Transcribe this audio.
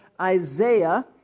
Isaiah